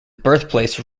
birthplace